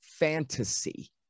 fantasy